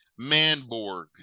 Manborg